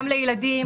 גם לילדים,